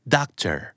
Doctor